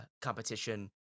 competition